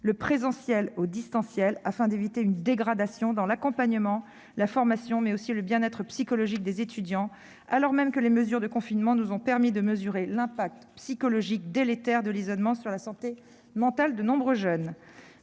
au présentiel sur le distanciel, afin d'éviter une dégradation dans l'accompagnement, la formation, mais aussi le bien-être psychologique des étudiants, alors même que les mesures de confinement nous ont permis de mesurer les conséquences psychologiques délétères de l'isolement sur la santé mentale de nombreux jeunes.